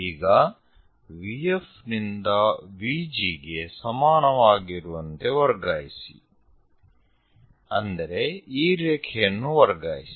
ಈಗ VF ನಿಂದ VG ಗೆ ಸಮಾನವಾಗಿರುವಂತೆ ವರ್ಗಾಯಿಸಿ ಅಂದರೆ ಈ ರೇಖೆಯನ್ನು ವರ್ಗಾಯಿಸಿ